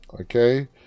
okay